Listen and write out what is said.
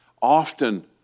Often